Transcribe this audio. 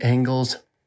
Angles